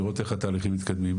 לראות איך התהליכים מתקדמים.